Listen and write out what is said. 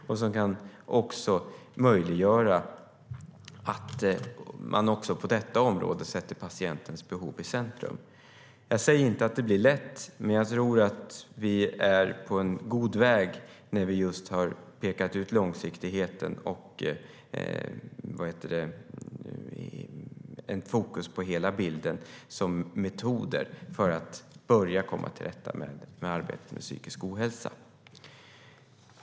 Det gör det möjligt att även på detta område sätta patientens behov i centrum. Jag säger inte att det blir lätt, men jag tror att vi är på god väg när vi pekat ut långsiktigheten och satt fokus på hela bilden som metod för att börja komma till rätta med arbetet med psykisk ohälsa.